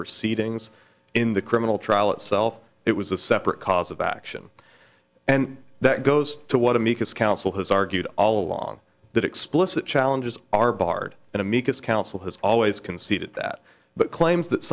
proceedings in the criminal trial itself it was a separate cause of action and that goes to what amicus counsel has argued all along that explicit challenges are barred and amicus counsel has always conceded that but claims that